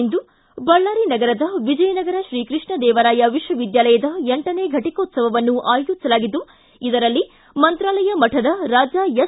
ಇಂದು ಬಳ್ಳಾರಿ ನಗರದ ವಿಜಯನಗರ ತ್ರೀಕೃಷ್ಣ ದೇವರಾಯ ವಿಶ್ವವಿದ್ಯಾಲಯದ ಎಂಟನೇ ಘಟಕೋತ್ಸವ ಆಯೋಜಿಸಲಾಗಿದ್ದು ಇದರಲ್ಲಿ ಮಂತಾಲಯ ಮಠದ ರಾಜಾ ಎಸ್